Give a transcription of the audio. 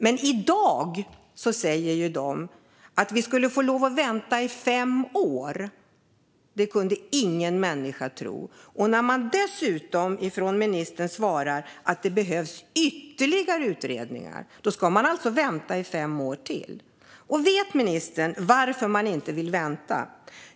Men i dag säger de att ingen människa kunde tro att de skulle behöva vänta i fem år. Nu svarar dessutom ministern att det behövs ytterligare utredningar. Då ska man alltså vänta i fem år till! Vet ministern varför man inte vill vänta?